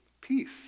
peace